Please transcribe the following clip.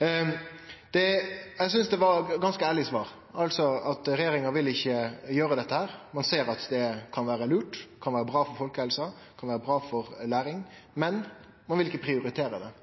Eg synest det var eit ganske ærleg svar: Regjeringa vil altså ikkje gjere dette. Ein ser at det kan vere lurt og bra for folkehelsa og læring, men ein vil ikkje prioritere det.